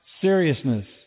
seriousness